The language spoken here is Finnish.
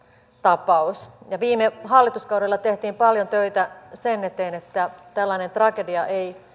tapaus viime hallituskaudella tehtiin paljon töitä sen eteen että tällainen tragedia ei